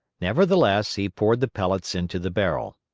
nevertheless, he poured the pellets into the barrel.